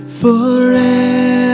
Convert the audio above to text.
forever